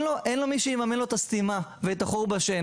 לו מי שיממן לו את הסתימה ואת החור בשן.